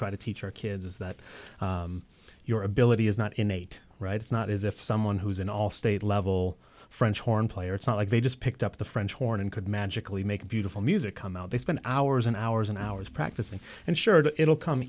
try to teach our kids is that your ability is not innate right it's not as if someone who is in all state level french horn player it's not like they just picked up the french horn and could magically make beautiful music come out they spend hours and hours and hours practicing and sure it'll come